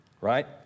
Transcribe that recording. Right